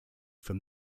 from